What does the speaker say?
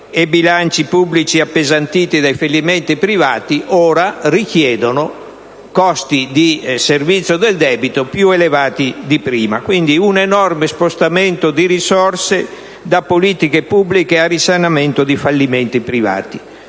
i bilanci pubblici appesantiti dai fallimenti privati ora richiedono costi di servizio del debito più elevati di prima: quindi, un enorme spostamento di risorse da politiche pubbliche al risanamento di fallimenti privati.